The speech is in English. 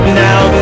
now